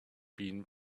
been